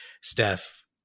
steph